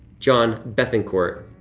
john bethencourt,